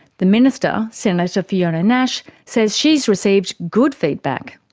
the minister, senator fiona nash, says she's received good feedback.